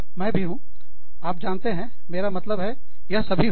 मैं भी हूँ आप जानते हैं मेरा मतलब है यह सभी हूँ